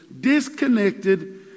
disconnected